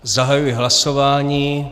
Zahajuji hlasování.